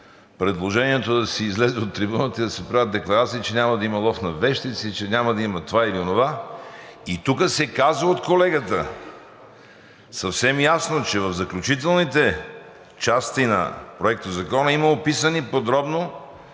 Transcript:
предложението да се излезе на трибуната и да се правят декларации, че няма да има лов на вещици, че няма да има това или онова. Тук се каза от колегата съвсем ясно, че в заключителните части на Проектозакона има описани подробно